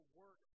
work